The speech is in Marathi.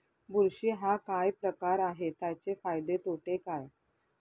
बुरशी हा काय प्रकार आहे, त्याचे फायदे तोटे काय?